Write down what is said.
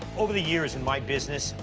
over the years in my business,